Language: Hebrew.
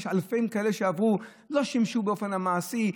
שיש אלפים כאלה שעברו ולא שימשו באופן המעשי,